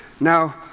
Now